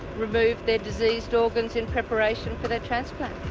remove their diseased organs in preparation for their transplant.